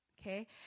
Okay